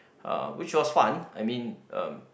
uh which was fun I mean uh